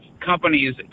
companies